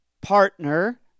partner